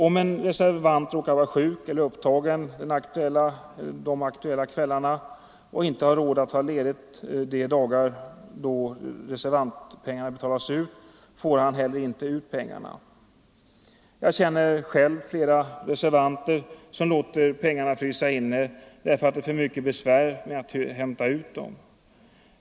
Om en reservant råkar vara sjuk eller upptagen de aktuella kvällarna och inte har råd att ta ledigt de dagar då reservantpengarna betalas ut, får han heller inte ut pengarna. Jag känner själv flera reservanter som låter pengarna frysa inne därför att det är för mycket besvär med att hämta ut dem.